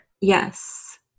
Yes